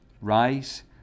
Rise